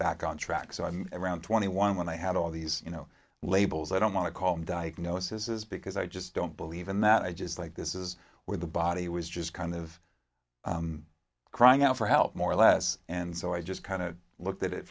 back on track so i mean around twenty one when they had all these you know labels i don't want to call them diagnosis is because i just don't believe in that i just like this is where the body was just kind of crying out for help more or less and so i just kind of looked at it